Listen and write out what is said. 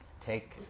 take